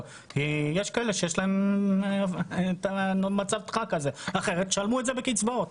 יש כאלה שיש להם מצב דחק כי אחרת שלמו את זה בקצבאות.